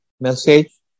message